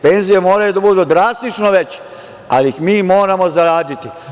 Penzije moraju da budu drastično veće, ali ih mi moramo zaraditi.